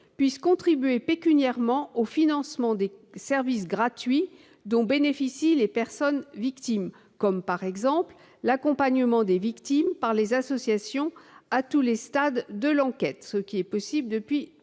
puissent contribuer pécuniairement au financement des services gratuits dont bénéficient les personnes victimes, comme l'accompagnement par les associations à tous les stades de l'enquête, ce qui est possible depuis